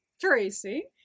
Tracy